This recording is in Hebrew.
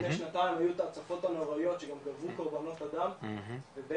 לפני שנתיים היו את ההצפות הנוראיות שגם גבו קורבנות אדם ובעצם